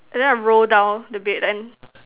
and then I roll down the bed then